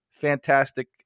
fantastic